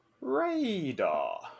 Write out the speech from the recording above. Radar